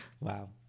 Wow